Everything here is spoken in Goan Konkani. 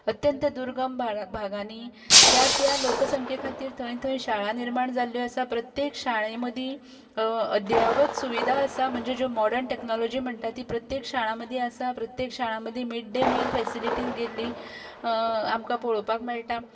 अत्यंत दुर्गम भागांनी त्या त्या लोकसंख्ये खातीर थंय थंय शाळा निर्माण जाल्ल्यो आसा प्रत्येक शाळे मदीं अद्यावत सुविधा आसा म्हणजे ज्यो माॅर्डन टॅक्नोलाॅजी म्हणटा ती प्रत्येक शाळां मदीं आसा प्रत्येक शाळा मदीं मीड डे मील फेसिलीटी गेल्ली आमकां पळोवपाक मेळटा